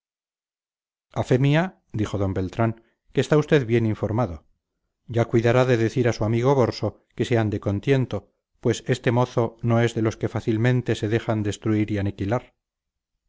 mía dijo d beltrán que está usted bien informado ya cuidará de decir a su amigo borso que se ande con tiento pues este mozo no es de los que fácilmente se dejan destruir y aniquilar